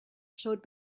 showed